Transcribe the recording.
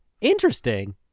Interesting